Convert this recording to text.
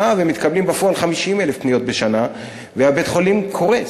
ובפועל מתקבלות 50,000 פניות בשנה ובית-החולים קורס.